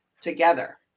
together